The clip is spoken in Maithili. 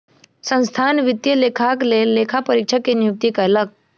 संस्थान वित्तीय लेखाक लेल लेखा परीक्षक के नियुक्ति कयलक